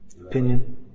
Opinion